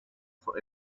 for